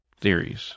theories